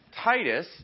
Titus